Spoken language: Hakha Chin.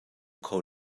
kho